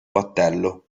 battello